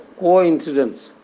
coincidence